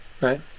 right